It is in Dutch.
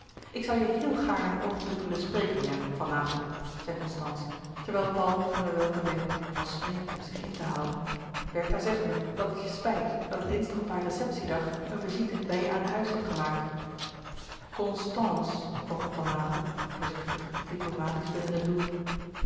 ik zoû je heel gaarne een oogenblik willen spreken ja van naghel zei constance terwijl paul van der welcke wenkte als smeekte zich in te houden bertha zegt me dat het je spijt dat ik dinsdag op haar receptiedag een visite bij je aan huis heb gemaakt constance begon van naghel voorzichtig diplomatisch willende doen